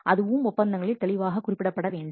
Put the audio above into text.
அதுவும் ஒப்பந்தங்களில் தெளிவாக குறிப்பிடப்பட வேண்டும்